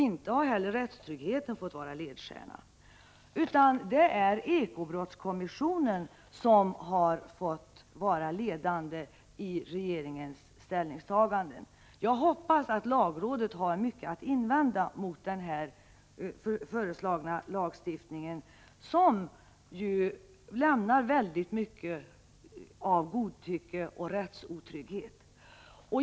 Inte heller har rättstryggheten fått vara ledstjärna, utan det är ekobrottskommissionen som fått vara ledande när det gäller regeringens ställningstagande. Jag hoppas att lagrådet har mycket att erinra mot den föreslagna lagstiftningen, som ger mycket av godtycke och rättsotrygghet.